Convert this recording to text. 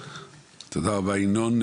תודה רבה, ינון.